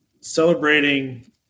celebrating